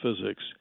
physics